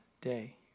day